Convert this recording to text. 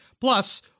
Plus